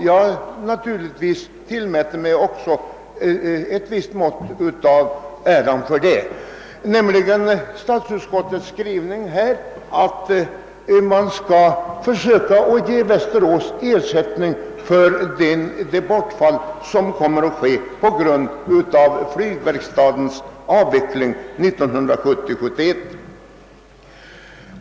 Jag tillmäter mig naturligtvis ett visst mått av äran för det. Den har resulterat i utskottets uttalande att man skall försöka ge Västerås ersättning för det bortfall som kommer att ske på grund av flygverkstadens avveckling under 1970/71.